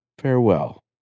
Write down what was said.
farewell